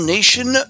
Nation